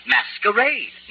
Masquerade